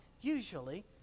Usually